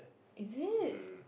is it